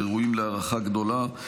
וראויים להערכה גדולה.